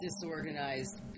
disorganized